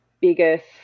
biggest